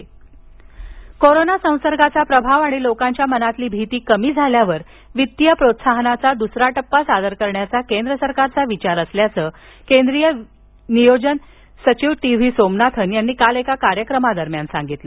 वित्तीय प्रोत्साहन कोरोना संसर्गाचा प्रभाव आणि लोकांची मनातील भीती कमी झाल्यावर वित्तीय प्रोत्साहनाचा दुसरा टप्पा सादर करण्याचा केंद्र सरकारचा विचार असल्याचं केंद्रीय खर्च सचिव टी व्ही सोमनाथन यांनी काल एका कार्यक्रमादरम्यान सांगितलं